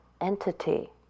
entity